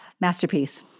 Masterpiece